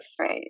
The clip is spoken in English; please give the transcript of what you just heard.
right